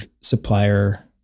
supplier